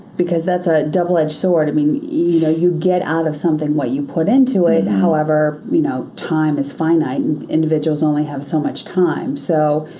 because that's a double edged sword. i mean, ah you get out of something what you put into it. however, you know time is finite and individuals only have so much time. so,